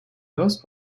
loss